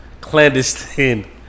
Clandestine